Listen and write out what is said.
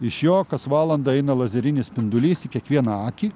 iš jo kas valandą eina lazerinis spindulys į kiekvieną akį